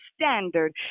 standard